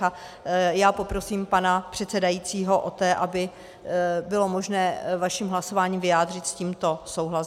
A poprosím pana předsedajícího poté, aby bylo možné vaším hlasováním vyjádřit s tímto souhlas.